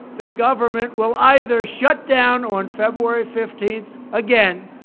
the government will either shut down on february fifteen again,